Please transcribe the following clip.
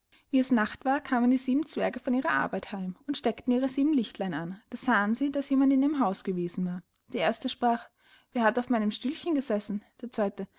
wie es nacht war kamen die sieben zwerge von ihrer arbeit heim und steckten ihre sieben lichtlein an da sahen sie daß jemand in ihrem haus gewesen war der erste sprach wer hat auf meinem stühlchen gesessen der zweite